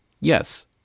Yes